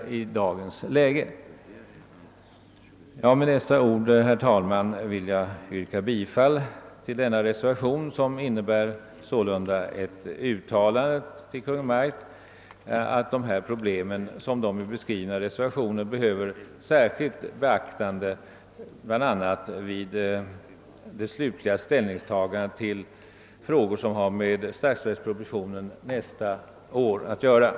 Med dessa ord vill jag, herr talman, yrka bifall till reservationen som sålunda innebär att riksdagen i skrivelse till Kungl. Maj:t ger till känna att de problem, såsom de är beskrivna i reservationen, särskilt bör beaktas bl.a. när statsverkspropositionen för nästa år utarbetas.